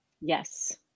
Yes